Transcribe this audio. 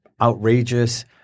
outrageous